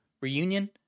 Reunion